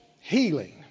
healing